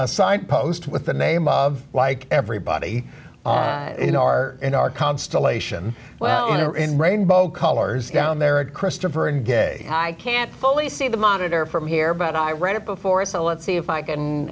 sign post with the name of like everybody in our in our constellation well in rainbow colors down there and christopher and gay i can't fully see the monitor from here but i read it before so let's see if i can